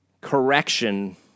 Correction